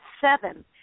seven